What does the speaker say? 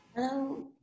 Hello